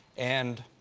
and.